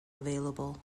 available